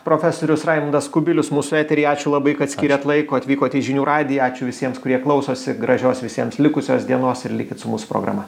profesorius raimundas kubilius mūsų eteryje ačiū labai kad skyrėt laiko atvykote į žinių radiją ačiū visiems kurie klausosi gražios visiems likusios dienos ir likit su mūsų programa